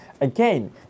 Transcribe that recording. Again